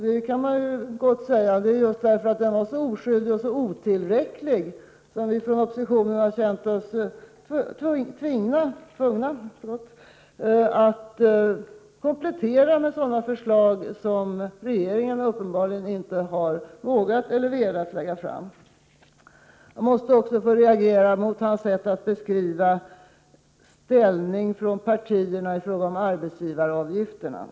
Det är just för att den är så oskyldig och så otillräcklig som vi från oppositionen har känt oss tvungna att komplettera med sådana förslag som regeringen uppenbarligen inte har vågat eller velat lägga fram. Jag måste också få reagera mot Arne Gadds sätt att beskriva partiernas ställning i fråga om arbetsgivaravgifterna.